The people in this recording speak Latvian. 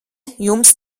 jums